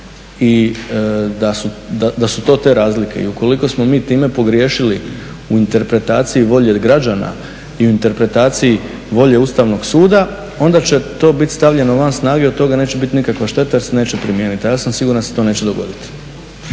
i da su to te razlike. I ukoliko smo mi time pogriješili u interpretaciji volje građana i u interpretaciji volje Ustavnog suda onda će to biti stavljeno van snage i od toga neće biti nikakva šteta jer se neće primijeniti. A ja sam siguran da se to neće dogoditi.